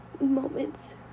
moments